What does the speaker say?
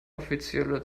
offizielle